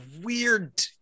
weird